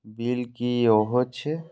Bill की हौए छै?